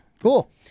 Cool